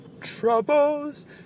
troubles